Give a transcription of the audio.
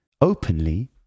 openly